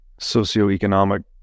socioeconomic